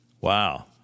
Wow